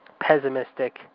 pessimistic